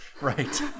Right